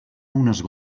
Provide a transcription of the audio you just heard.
unes